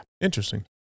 interesting